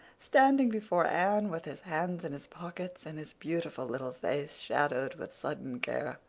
standing before anne with his hands in his pockets and his beautiful little face shadowed with sudden care,